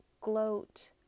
gloat